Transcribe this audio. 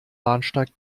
bahnsteig